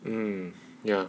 mm ya